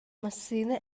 массыына